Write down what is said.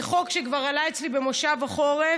זה חוק שכבר עלה אצלי במושב החורף,